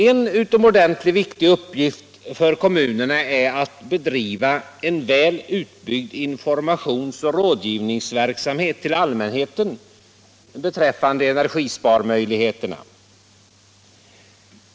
En utomordentligt viktig uppgift för kommunerna är att bedriva en väl utbyggd informationsoch rådgivningsverksamhet till allmänheten beträffande energisparmöjligheterna.